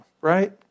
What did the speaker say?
right